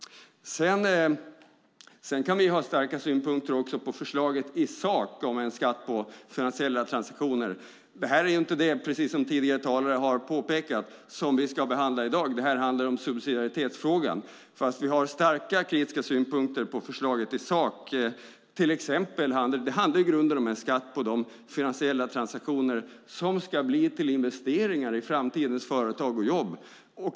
Vi kan också ha starka synpunkter på förslaget i sak om en skatt på finansiella transaktioner. Men det är inte det som vi ska behandla i dag, precis som tidigare talare har påpekat. Detta handlar om subsidiaritetsprincipen, fast vi har starka kritiska synpunkter på förslaget i sak. Det handlar i grunden om en skatt på de finansiella transaktioner som ska bli till investeringar i framtidens företag och jobb.